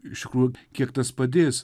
iš tikrųjų kiek tas padės